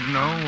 no